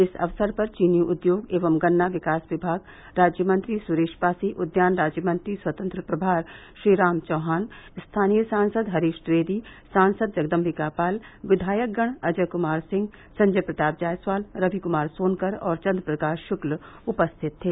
इस अवसर पर चीनी उद्योग एवं गन्ना विकास विभाग राज्य मंत्री सुरेश पासी उद्यान राज्य मंत्री श्री राम चौहान स्थानीय सांसद हरीश द्विवेदी सांसद जगदम्बिका पाल विधायकगण अजय कुमार सिंह संजय प्रताप जायसवाल रवि कुमार सोनकर और चंद्रप्रकाश शुक्ल उपस्थित थे